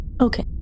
Okay